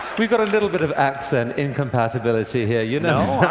we've got a little bit of accent incompatibility here, you know.